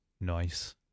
Nice